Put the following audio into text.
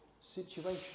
situation